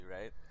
right